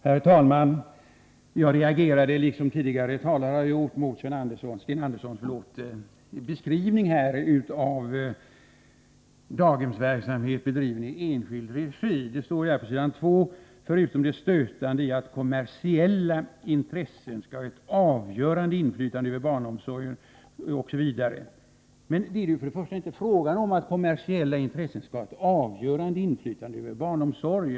Herr talman! Jag reagerade liksom tidigare talare gjort mot Sten Anderssons beskrivning av daghemsverksamhet bedriven i enskild regi. På s. 2 i det utdelade svaret heter det: ”Förutom det stötande i att kommersiella intressen skall ha ett avgörande inflytande över barnomsorgen ———.” Först och främst är det inte fråga om att kommersiella intressen skall ha ett avgörande inflytande över barnomsorgen.